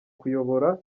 kuyobora